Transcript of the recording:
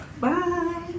Bye